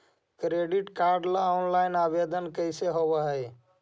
Credit card ल online आवेदन कैसे होब है?